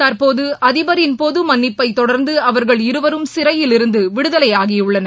தற்போது அதிபரின் பொது மன்னிப்பை தொடர்ந்து அவர்கள் இருவரும் சிறையில் இருந்து விடுதலை ஆகியுள்ளனர்